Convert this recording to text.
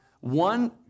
One